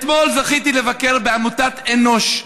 אתמול זכיתי לבקר בעמותת אנוש,